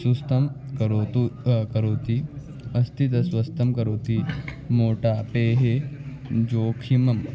स्वस्थं करोतु करोति अस्ति तत् स्वस्थं करोति मोटापेः जोखिमं